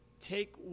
take